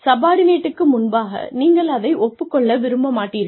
சப்பார்டினேட்டுக்கு முன்பாக நீங்கள் அதை ஒப்புக் கொள்ள விரும்ப மாட்டீர்கள்